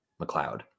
McLeod